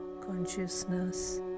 consciousness